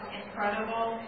incredible